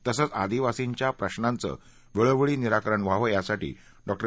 तसंच आदिवासींच्या प्रश्नांचं वेळोवेळी निराकरण व्हावं यासाठी ीं